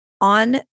on